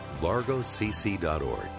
largocc.org